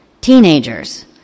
teenagers